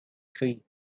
three